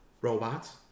robots